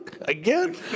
Again